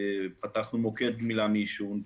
פתחנו מוקד גמילה מעישון.